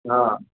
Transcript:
હા